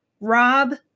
Rob